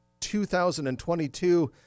2022 –